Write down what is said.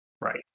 Right